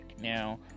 Now